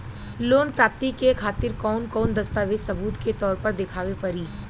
Loan प्राप्ति के खातिर कौन कौन दस्तावेज सबूत के तौर पर देखावे परी?